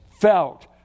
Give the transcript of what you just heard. felt